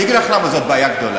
אני אגיד לך למה זו בעיה גדולה.